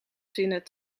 zinnen